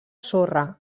sorra